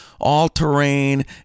all-terrain